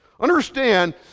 Understand